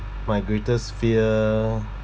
my greatest fear